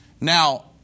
Now